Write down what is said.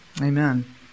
Amen